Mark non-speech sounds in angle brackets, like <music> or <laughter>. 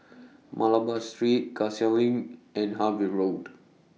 <noise> Malabar Street Cassia LINK and Harvey Road